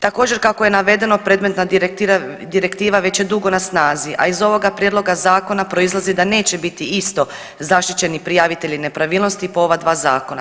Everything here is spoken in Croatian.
Također kako je navedeno predmetna direktiva već je dugo na snazi, a iz ovoga prijedloga zakona proizlazi da neće biti isto zaštićeni prijavitelji nepravilnosti po ova dva zakona.